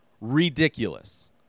ridiculous